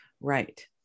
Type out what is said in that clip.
right